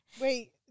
Wait